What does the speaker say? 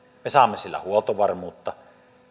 me saamme sillä huoltovarmuutta